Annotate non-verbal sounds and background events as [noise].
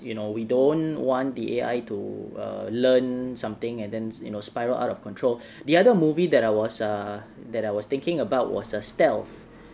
you know we don't want the A_I to uh learn something and then you know spiral out of control [breath] the other movie that I was ah that I was thinking about was uh stealth